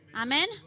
Amen